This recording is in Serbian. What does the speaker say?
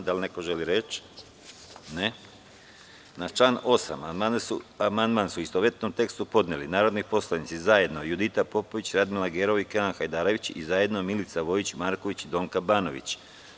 Da li neko želi reč? (Ne) Na član 8. amandman su u istovetnom tekstu podneli narodni zajedno poslanici Judita Popović, Radmila Gerov i Kenan Hjadarević i zajedno Milica Vojić Marković i Donka Banović.